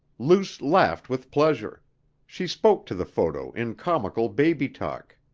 luce laughed with pleasure she spoke to the photo in comical baby talk.